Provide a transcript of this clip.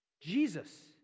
Jesus